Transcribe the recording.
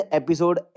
episode